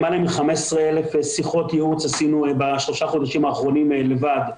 למעלה מ-15,000 שיחות ייעוץ עשינו בשלושה החודשים האחרונים לבד,